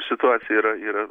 situacija yra yra